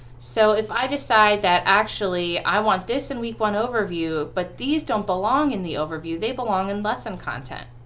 so if i decide that actually i want this in week one overview, but these don't belong in the overview, they belong in lesson content,